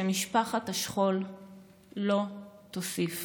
שמשפחת השכול לא תוסיף